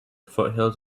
foothills